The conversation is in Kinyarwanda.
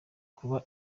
kuba